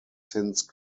since